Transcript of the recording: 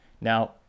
Now